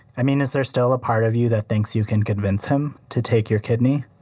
i mean, is there still a part of you that thinks you can convince him to take your kidney?